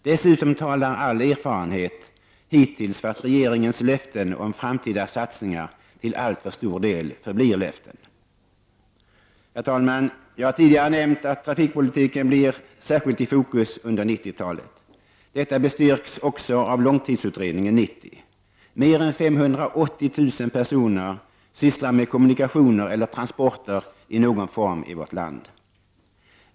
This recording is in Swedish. Dessutom talar all erfarenhet hittills för att regeringens löften om framtida satsningar till alltför stor del förblir löften. Herr talman! Jag har tidigare nämnt att trafikpolitiken särskilt står i fokus under 90-talet. Detta bestyrks också av långtidsutredningen 90: mer än 580 000 personer i vårt land sysslar med kommunikationer eller transporter i någon form.